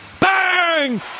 bang